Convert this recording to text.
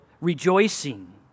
rejoicing